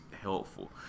helpful